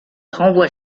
renvoie